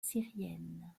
syrienne